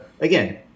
again